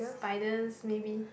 spiders maybe